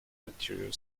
material